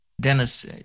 Dennis